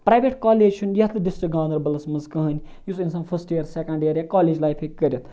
private college چھُنہٕ یَتھ district گانٛدَربَلَس مَنٛز کہیٖنۍ یُس اِنسان فٔسٹہٕ یِیَر سیٚکَنٛڈ یِیَر یا کالیج لایِفہِ ہیٚکہِ کٔرِتھ